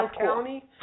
County